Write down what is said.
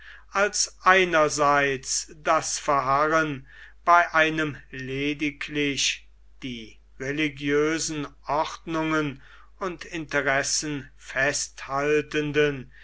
als einerseits das verharren bei einem lediglich die religiösen ordnungen und interessen festhaltenden